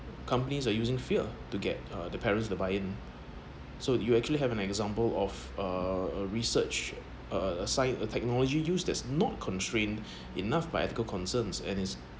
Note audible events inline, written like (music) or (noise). companies are using fear to get uh the parents to buy in so you actually have an example of a research uh a science a technology use that's not constrain (breath) enough by ethical concerns and is